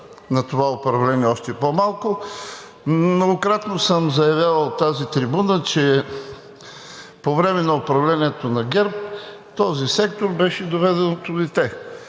на това управление още по-малко. Многократно съм заявявал от тази трибуна, че по време на управлението на ГЕРБ този сектор беше доведеното дете